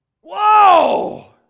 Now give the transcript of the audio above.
Whoa